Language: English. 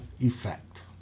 effect